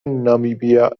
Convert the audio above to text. نامیبیا